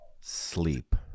sleep